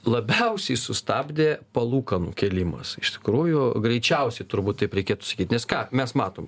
labiausiai sustabdė palūkanų kėlimas iš tikrųjų greičiausiai turbūt taip reikėtų sakyt nes ką mes matom